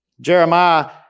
Jeremiah